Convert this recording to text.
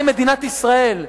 מה עם מדינת ישראל?